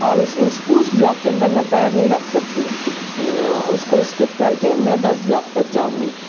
اور اس اس اس بلاک کے اندر میں پیر نہیں رکھ سکتی اس کو اسکپ کر کے دس بلاک تک جاؤں گی